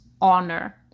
honor